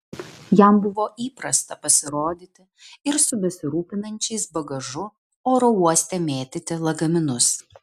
jam buvo įprasta pasirodyti ir su besirūpinančiais bagažu oro uoste mėtyti lagaminus